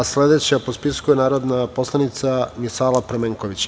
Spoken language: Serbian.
Sledeća po spisku je narodna poslanica Misala Pramenković.